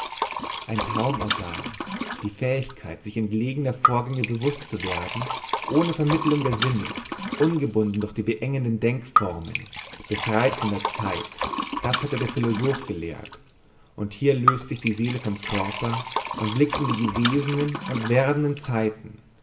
ein traumorgan die fähigkeit sich entlegener vorgänge bewußt zu werden ohne vermittlung der sinne ungebunden durch die beengenden denkformen befreit von der zeit das hatte der philosoph gelehrt und hier löst sich die seele vom körper und blickt in die gewesenen und werdenden zeiten